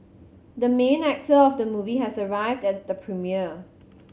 the main actor of the movie has arrived as the premiere